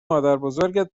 مادربزرگت